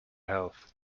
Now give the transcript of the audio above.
health